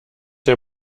der